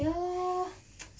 ya lor